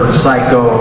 psycho